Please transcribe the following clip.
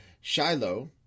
Shiloh